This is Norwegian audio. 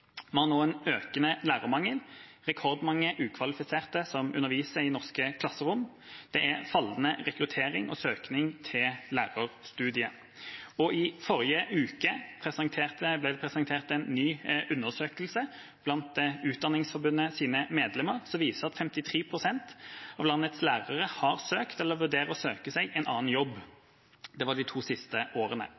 Vi har nå en økende lærermangel, rekordmange ukvalifiserte som underviser i norske klasserom, og fallende rekruttering og søkning til lærerstudiet. I forrige uke ble det presentert en ny undersøkelse blant Utdanningsforbundets medlemmer, som viser at 53 pst. av landets lærere i løpet av de to siste årene har søkt eller vurdert å søke seg en annen jobb.